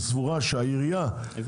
הם